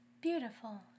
Beautiful